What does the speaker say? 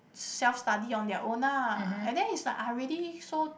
self study on their own ah and then is like I already so